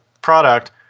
product